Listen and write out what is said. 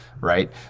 right